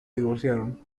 divorciaron